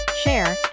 share